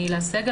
אני הילה סגל,